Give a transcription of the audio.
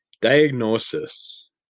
Diagnosis